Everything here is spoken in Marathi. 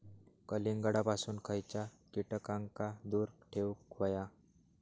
कलिंगडापासून खयच्या कीटकांका दूर ठेवूक व्हया?